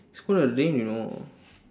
super lame you know